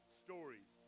stories